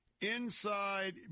inside